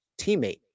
teammate